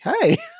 Hey